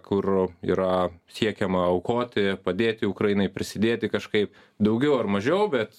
kur yra siekiama aukoti padėti ukrainai prisidėti kažkaip daugiau ar mažiau bet